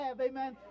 Amen